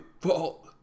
fault